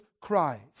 Christ